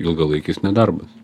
ilgalaikis nedarbas